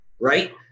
right